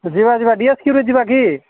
ଯିବା ଯିବା D S କେବେ ଯିବାକି